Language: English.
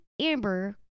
Amber